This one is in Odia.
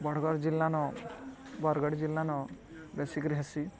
ବଡ଼ଗଡ଼୍ ଜିଲ୍ଲାନ ବରଗଡ଼୍ ଜିଲ୍ଲାନ ବେଶୀ ରହେସି